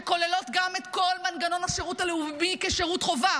שכוללות גם את כל מנגנון השירות הלאומי כשירות חובה,